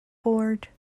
board